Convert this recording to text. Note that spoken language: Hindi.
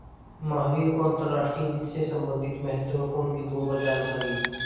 महावीर को अंतर्राष्ट्रीय वित्त से संबंधित महत्वपूर्ण बिन्दुओं पर जानकारी है